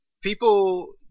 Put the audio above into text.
people